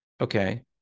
okay